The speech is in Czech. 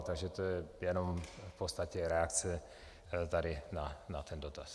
Takže to je jenom v podstatě reakce tady na ten dotaz.